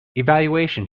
evaluation